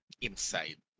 inside